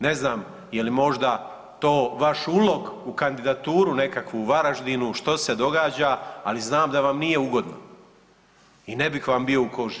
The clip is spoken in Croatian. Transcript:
Ne znam je li možda to vaš ulog u kandidaturu nekakvu u Varaždinu, što se događa, ali znam da vam nije ugodno i ne bih vam bio u koži.